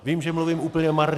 Vím, že mluvím úplně marně.